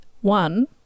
one